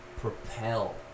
propel